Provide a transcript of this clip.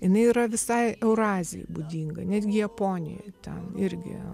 jinai yra visai eurazijai būdinga netgi japonijoj ten irgi